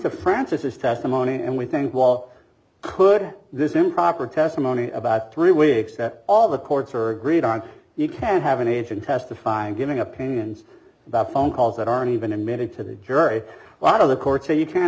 to francis's testimony and we think we all could this improper testimony about three weeks that all the courts are greed on you can't have an agent testifying giving opinions about phone calls that aren't even admitted to the jury a lot of the courts say you can't